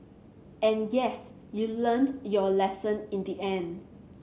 and yes you learnt your lesson in the end